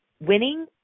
winning